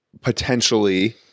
potentially